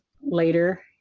later